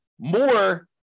more